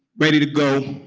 ready to go,